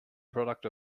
product